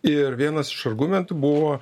ir vienas iš argumentų buvo